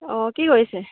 অঁ কি কৰিছে